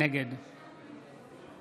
נגד